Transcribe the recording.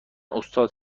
استاد